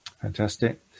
Fantastic